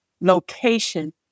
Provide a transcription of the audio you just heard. location